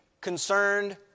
concerned